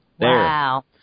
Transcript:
Wow